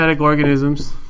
organisms